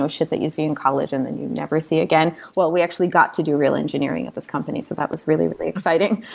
so shit that you see on college and then you never see again. well, we actually got to do real engineering at this company, so that was really, really exciting